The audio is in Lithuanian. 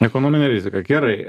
ekonominė rizika gerai